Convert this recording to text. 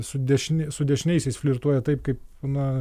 su dešin su dešiniaisiais flirtuoja taip kaip na